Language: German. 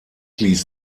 ließ